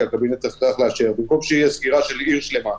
כי הקבינט צריך לאשר במקום שתהיה של עיר שלמה,